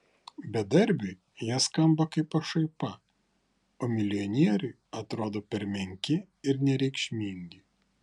bedarbiui jie skamba kaip pašaipa o milijonieriui atrodo per menki ir nereikšmingi